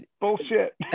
Bullshit